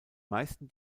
meisten